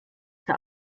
der